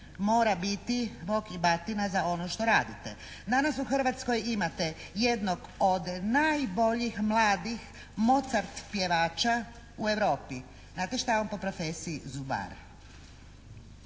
mora biti Bog i batina za ono što radite. Danas u Hrvatskoj imate jednog od najboljih mladih Mozart pjevača u Europi. Znate što je on po profesiji? Zubar.